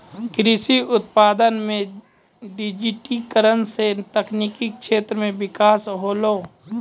कृषि उत्पादन मे डिजिटिकरण से तकनिकी क्षेत्र मे बिकास होलै